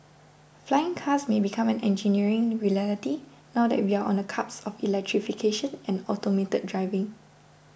flying cars may become an engineering reality now that we are on the cusp of electrification and automated driving